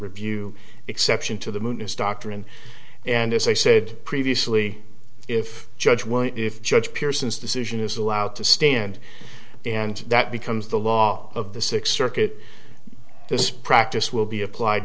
review exception to the moon is doctrine and as i said previously if judge one if judge pearson's decision is allowed to stand and that becomes the law of the six circuit this practice will be applied